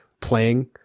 playing